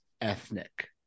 ethnic